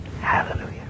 Hallelujah